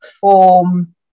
form